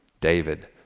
David